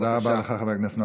אתם לא תנצלו את מעמד הביניים,